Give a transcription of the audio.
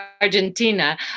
argentina